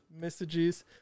messages